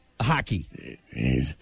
hockey